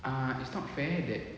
ah it's not fair that